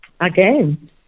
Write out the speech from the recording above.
Again